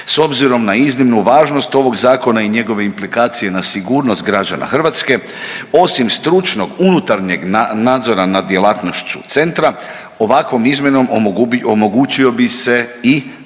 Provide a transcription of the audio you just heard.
S obzirom na iznimnu važnost ovog zakona i njegove implikacije na sigurnost građana Hrvatske osim stručnog unutarnjeg nadzora nad djelatnošću centra ovakvom izmjenom omogućio bi se i